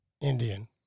Indian